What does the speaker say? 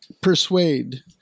persuade